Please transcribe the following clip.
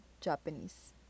japanese